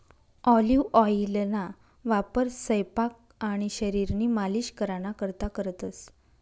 olive ऑइलना वापर सयपाक आणि शरीरनी मालिश कराना करता करतंस